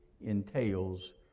entails